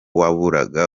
waburaga